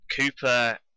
Cooper